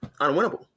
unwinnable